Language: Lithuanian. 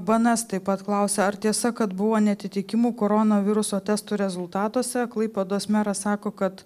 bns taip pat klausia ar tiesa kad buvo neatitikimų koronaviruso testų rezultatuose klaipėdos meras sako kad